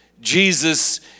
Jesus